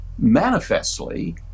Manifestly